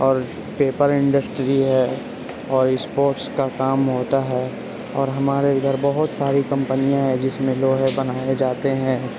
اور paper industry ہے اور اسپوٹس کا کام ہوتا ہے اور ہمارے ادھر بہت ساری کمپنیاں ہیں جس میں لوہے بنائے جاتے ہیں